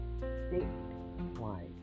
statewide